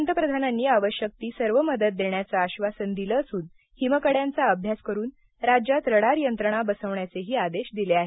पंतप्रधानांनी आवश्यक ती सर्व मदत देण्याचं आश्वासन दिलं असून हिमकड्यांचा अभ्यास करुन राज्यात रडार यंत्रणा बसवण्याचे आदेशही दिले आहेत